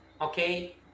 Okay